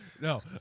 No